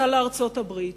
סע לארצות-הברית,